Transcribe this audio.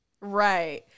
Right